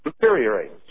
deteriorates